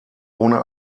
ohne